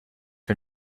her